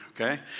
okay